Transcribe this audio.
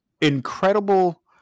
incredible